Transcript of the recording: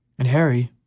and harry,